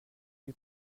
lui